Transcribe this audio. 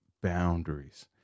boundaries